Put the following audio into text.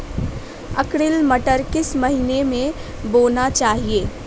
Arkel मटर किस महीना में बोना चाहिए?